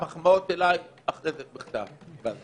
המחמאות אליי אחרי זה בכתב.